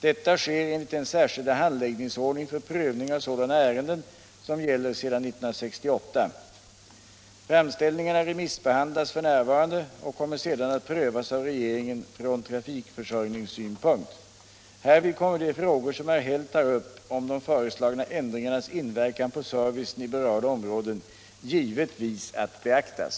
Detta sker enligt den särskilda handläggningsordning för prövning av sådana ärenden som gäller sedan 1968. Framställningarna remissbehandlas f. n. och kommer sedan att prövas av regeringen från trafikförsörjningssynpunkt. Härvid kommer de frågor som herr Häll tar upp om de föreslagna ändringarnas inverkan på servicen i berörda områden givetvis att beaktas.